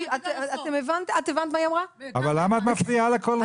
למה את מפריעה לה כל רגע?